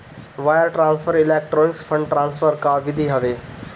wire transfer electronic fund transfer कअ विधि हवे